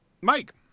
Mike